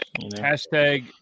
Hashtag